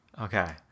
Okay